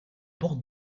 porte